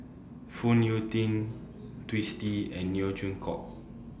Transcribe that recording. Phoon Yew Tien Twisstii and Neo Chwee Kok